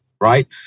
right